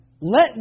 Let